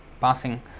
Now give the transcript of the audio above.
passing